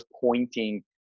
pointing